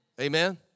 Amen